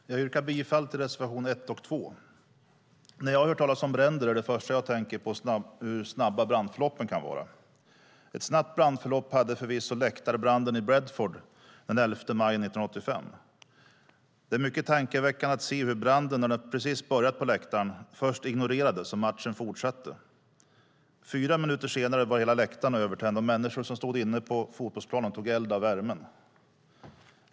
Herr talman! Jag yrkar bifall till reservation 1 och 2. När jag hör talas om bränder är det första jag tänker på hur snabba brandförloppen kan vara. Ett snabbt brandförlopp hade förvisso läktarbranden i Bradford den 11 maj 1985. Det är mycket tankeväckande att se hur branden, när den precis hade börjat på läktaren, först ignorerades och matchen fortsatte. Fyra minuter senare var hela läktaren övertänd och människor som stod inne på fotbollsplanen tog eld av värmen.